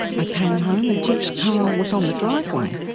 i came home and geoff's car was on the driveway.